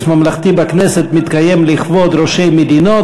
ממלכתי בכנסת מתקיים לכבוד ראשי מדינות,